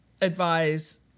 advise